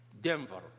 Denver